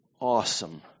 awesome